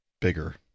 bigger